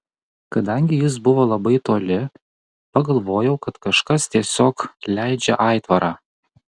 kadangi jis buvo labai toli pagalvojau kad kažkas tiesiog leidžia aitvarą